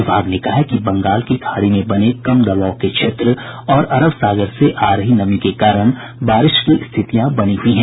विभाग ने कहा है कि बंगाल की खाड़ी में बने कम दबाव के क्षेत्र और अरब सागर से आ रही नमी के कारण बारिश की स्थितियां बनी हुई हैं